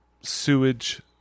Sewage